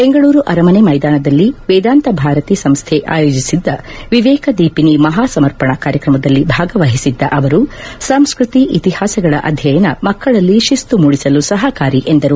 ಬೆಂಗಳೂರು ಅರಮನೆ ಮೈದಾನದಲ್ಲಿ ವೇದಾಂತ ಭಾರತಿ ಸಂಸ್ಥೆ ಆಯೋಜಿಸಿದ್ದ ವಿವೇಕ ದೀಪಿನೀ ಮಹಾ ಸಮರ್ಪಣ ಕಾರ್ಯಕ್ರಮದಲ್ಲಿ ಭಾಗವಹಿಸಿದ್ದ ಅವರು ಸಂಸ್ಕೃತಿ ಇತಿಹಾಸಗಳ ಅಧ್ಯಯನ ಮಕ್ಕಳಲ್ಲಿ ಶಿಸ್ತು ಮೂಡಿಸಲು ಸಹಕಾರಿ ಎಂದರು